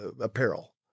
apparel